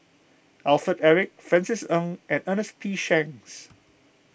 Alfred Eric Francis Ng and Ernest P Shanks